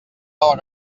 del